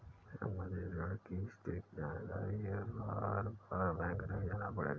अब मुझे ऋण की स्थिति की जानकारी हेतु बारबार बैंक नहीं जाना पड़ेगा